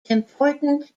important